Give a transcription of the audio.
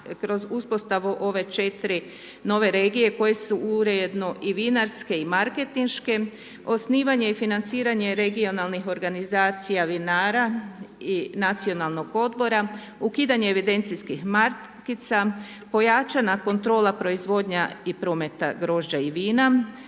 kroz uspostavu ove 4 nove regije koje su uredno i vinarske i marketinške, osnivanje i financiranje regionalnih organizacija vinara i nacionalnog odbora, ukidanje evidencijskih markica, pojačana kontrola i proizvodnja prometa grožđa i vina,